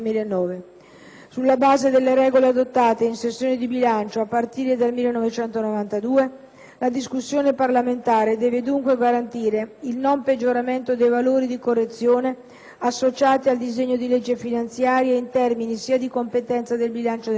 Sulla base delle regole adottate in sessione di bilancio a partire dal 1992, la discussione parlamentare deve dunque garantire il non peggioramento dei valori di correzione associati al disegno di legge finanziaria in termini sia di competenza del bilancio dello Stato,